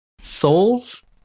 Souls